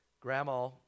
grandma